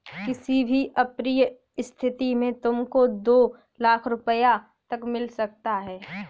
किसी भी अप्रिय स्थिति में तुमको दो लाख़ रूपया तक मिल सकता है